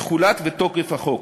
תחולת ותוקף החוק,